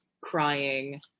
crying